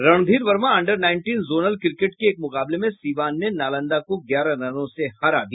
Randhir Verma under nineteen zonal cricket के एक मुकाबले में सीवान ने नालंदा को ग्यारह रनों से हरा दिया